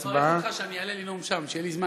אני אברך אותך כשאעלה לנאום שם, כשיהיה לי זמן.